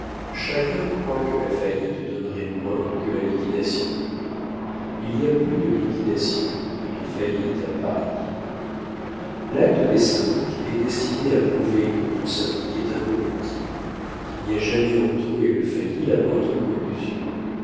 chacun croit que la faillite donnerait moins que la liquidation il y a plus de liquidations que de faillites à paris l'acte des syndics est destiné à prouver que tout syndic est incorruptible qu'il n'y a jamais entre eux et le failli la moindre collusion